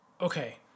okay